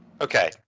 Okay